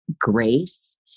grace